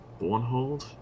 Bornhold